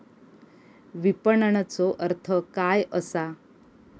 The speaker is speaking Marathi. विपणनचो अर्थ काय असा?